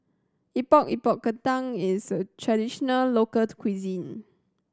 Epok Epok Kentang is a traditional local cuisine